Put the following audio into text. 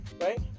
right